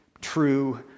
true